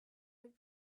would